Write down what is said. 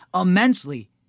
immensely